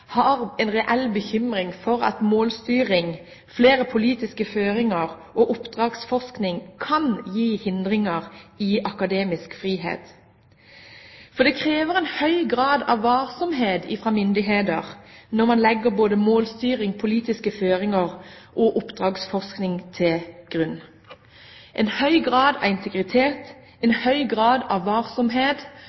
oppdragsforskning kan føre til hindringer i akademisk frihet. For det krever en høy grad av varsomhet fra myndigheter når man legger både målstyring, politiske føringer og oppdragsforskning til grunn – en høy grad av integritet, en høy grad av varsomhet